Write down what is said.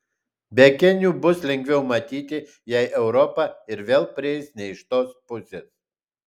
be akinių bus lengviau matyti jei europa ir vėl prieis ne iš tos pusės